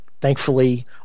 thankfully